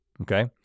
okay